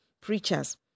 preachers